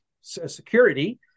Security